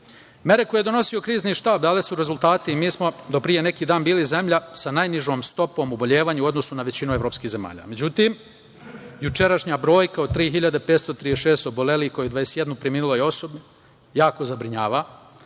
koje je donosio Krizni štab dale su rezultate i mi smo do pre neki dan bili zemlja sa najnižom stopom oboljevanja u odnosu na većinu evropskih zemalja. Međutim, jučerašnja brojka od 3.536 obolelih i 21 preminuloj osobi jako zabrinjava,